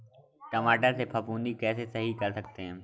टमाटर से फफूंदी कैसे सही कर सकते हैं?